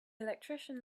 electrician